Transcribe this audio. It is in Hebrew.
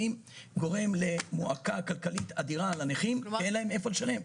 גורם למועקה כלכלית אדירה לנכים כי אין להם מאיפה לשלם.